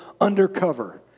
undercover